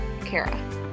Kara